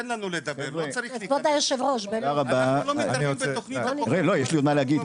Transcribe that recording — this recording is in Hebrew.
לא צריך --- אני רוצה --- יש לי עוד מה להגיד,